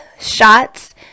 shots